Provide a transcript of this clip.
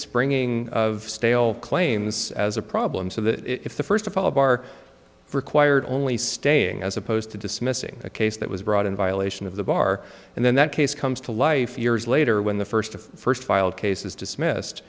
springing of stale claims as a problem so that if the first of all bar required only staying as opposed to dismissing a case that was brought in violation of the bar and then that case comes to life years later when the first of the first filed case is dismissed